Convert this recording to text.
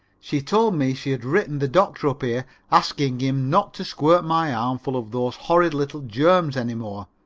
she told me she had written the doctor up here asking him not to squirt my arm full of those horrid little germs any more.